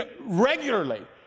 regularly